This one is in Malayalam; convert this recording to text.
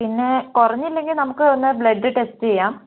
പിന്നെ കുറഞ്ഞില്ലെങ്കിൽ നമുക്ക് ഒന്ന് ബ്ലഡ് ടെസ്റ്റ് ചെയ്യാം